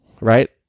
right